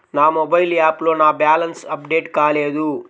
నా మొబైల్ యాప్లో నా బ్యాలెన్స్ అప్డేట్ కాలేదు